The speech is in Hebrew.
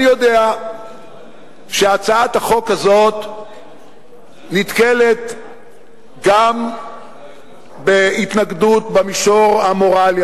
אני יודע שהצעת החוק הזאת נתקלת גם בהתנגדות במישור המורלי,